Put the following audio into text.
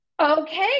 Okay